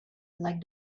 like